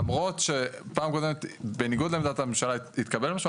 למרות שפעם קודמת בניגוד לעמדת הממשלה התקבל ---,